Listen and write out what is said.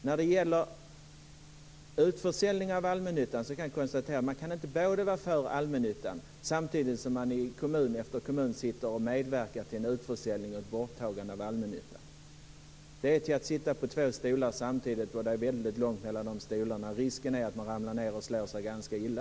När det gäller utförsäljning av allmännyttan kan jag konstatera att man inte kan vara för allmännyttan samtidigt som man i kommun efter kommun medverkar till en utförsäljning och ett borttagande av allmännyttan. Det är att sitta på två stolar samtidigt. Och det är väldigt långt mellan de stolarna. Risken är att man ramlar ned och slår sig ganska illa.